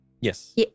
Yes